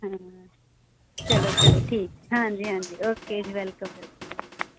ਹਾਂ ਚਲੋ ਚਲੋ ਠੀਕ ਹਾਂਜੀ ਹਾਂਜੀ ਓਕੇ ਜੀ ਵੈਲਕਮ ਵੈਲਕਮ